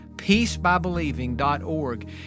PeaceByBelieving.org